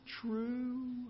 true